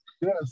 Yes